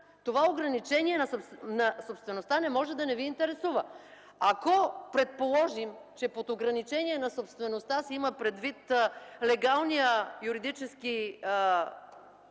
Това ограничение на собствеността не може да не Ви интересува. Ако предположим, че под ограничение на собствеността се има предвид легалният юридически